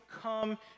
come